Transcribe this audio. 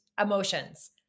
emotions